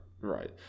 Right